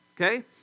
okay